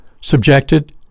subjected